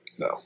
No